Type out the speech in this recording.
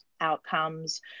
outcomes